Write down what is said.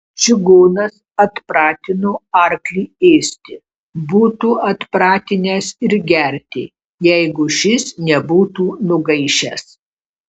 čigonas atpratino arklį ėsti būtų atpratinęs ir gerti jeigu šis nebūtų nugaišęs